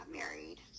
married